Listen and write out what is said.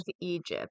Egypt